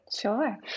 Sure